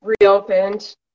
reopened